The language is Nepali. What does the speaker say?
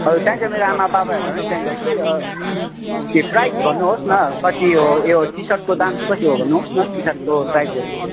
हजुर चाहिन्छ मेरो आमा बाबाहरूलाई पनि चाहिन्छ कि फिक्स्ड प्राइस भन्नु होस न यो टी सर्टको दाम चाहिँ कति हो भन्नु होस् न टी सर्टको प्राइसहरू